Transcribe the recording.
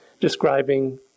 describing